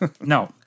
No